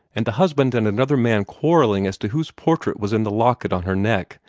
and the husband and another man quarrelling as to whose portrait was in the locket on her neck,